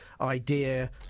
idea